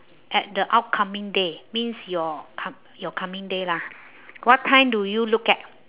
at the upcoming day means your c~ your coming day lah what time do you look at